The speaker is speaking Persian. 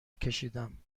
کشیدم